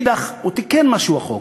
מצד שני, הוא תיקן משהו, החוק.